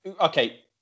Okay